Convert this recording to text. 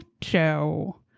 Joe